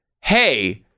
hey